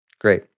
Great